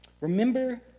Remember